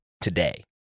today